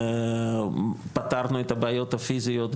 פתרנו את הבעיות הפיזיות,